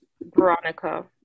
Veronica